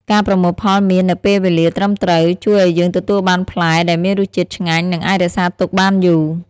ការប្រមូលផលមៀននៅពេលវេលាត្រឹមត្រូវ ជួយឱ្យយើងទទួលបានផ្លែដែលមានរសជាតិឆ្ងាញ់ និងអាចរក្សាទុកបានយូរ។